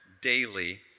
daily